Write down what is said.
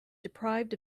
deprived